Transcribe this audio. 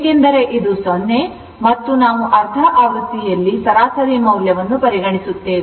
ಏಕೆಂದರೆ ಇದು 0 ಮತ್ತು ನಾವು ಅರ್ಧ ಆವೃತ್ತಿಯಲ್ಲಿ ಸರಾಸರಿ ಮೌಲ್ಯವನ್ನು ಪರಿಗಣಿಸುತ್ತೇವೆ